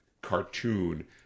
cartoon